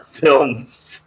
films